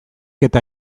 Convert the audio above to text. eta